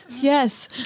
Yes